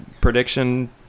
prediction